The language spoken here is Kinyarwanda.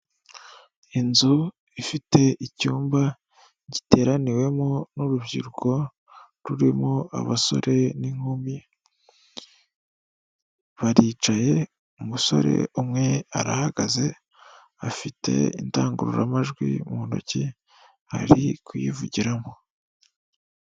Inzu ifite icyumba giteraniwemo n'urubyiruko rurimo abasore n'inkumi. Baricaye, umusore umwe arahagaze, afite indangururamajwi mu ntoki, ari kuyivugiramo.